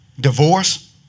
divorce